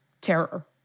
terror